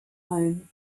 home